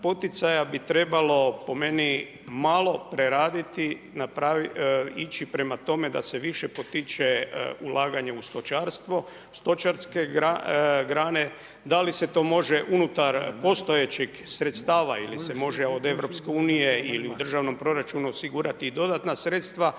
poticaja bi trebalo po meni malo preraditi, ići prema tome da se više potiče ulaganje u stočarstvo, stočarske grane. Da li se to može unutar postojećih sredstava ili se može od Europske unije ili u državnom proračunu osigurati i dodatne sredstva,